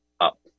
up